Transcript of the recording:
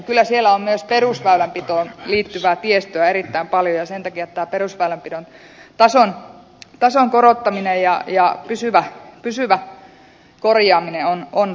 kyllä siellä on myös perusväylänpitoon liittyvää tiestöä erittäin paljon ja sen takia tämä perusväylänpidon tason korottaminen ja pysyvä korjaaminen on tarpeeseen